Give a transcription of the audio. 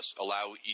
allow